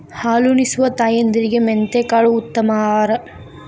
ಹಾಲುನಿಸುವ ತಾಯಂದಿರಿಗೆ ಮೆಂತೆಕಾಳು ಉತ್ತಮ ಆಹಾರ